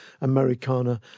Americana